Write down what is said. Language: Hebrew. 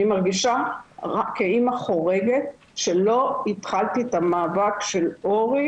אני מרגישה כאמא חורגת שלא התחלתי את המאבק של הבן שלי